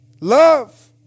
Love